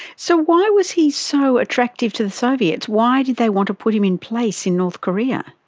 so why was he so attractive to the soviets? why did they want to put him in place in north korea?